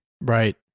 Right